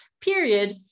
period